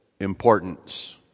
importance